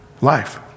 Life